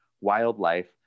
wildlife